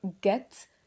get